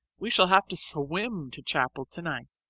we shall have to swim to chapel tonight.